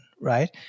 right